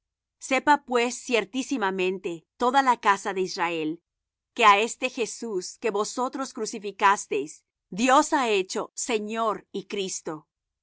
sepa pues ciertísimamente toda la casa de israel que á éste jesús que vosotros crucificasteis dios ha hecho señor y cristo